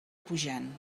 pujant